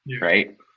Right